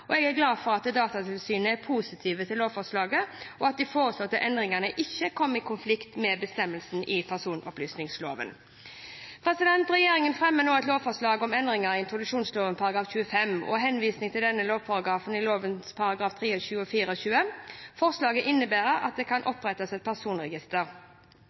Jeg er glad for at Datatilsynet er positiv til lovforslaget, og at de foreslåtte endringene ikke kommer i konflikt med bestemmelsene i personopplysningsloven. Regjeringen fremmer nå et lovforslag om endringer i introduksjonsloven § 25, og henvisningene til denne lovparagrafen i lovens §§ 23 og 24. Forslaget innebærer at det kan opprettes et personregister,